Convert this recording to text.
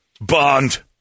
Bond